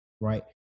Right